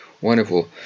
Wonderful